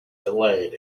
delayed